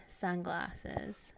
sunglasses